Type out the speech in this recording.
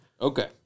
Okay